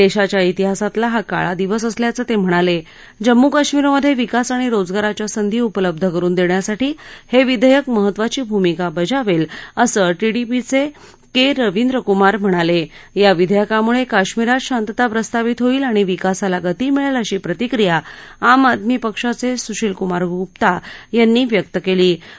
दश्विच्या श्विहासातला हा काळा दिवस असल्याचं तम्हिणालश्व जम्मू कश्मीरमधश्रिकास आणि रोजगाराच्या संधी उपलब्ध करुन दृष्ट्यासाठी हश्रिधग्रक महत्त्वाची भूमिका बजावलअसं टीडीपीचक्रि उविंद्रकुमार म्हणालआ विधाक्रामुळक्राश्मिरात शांतता प्रस्थापित होईल आणि विकासाला गती मिळल्वि अशी प्रतिक्रिया आम आदमी पक्षाचस्विशील कुमार गुप्ता यांनी व्यक्त कल्वी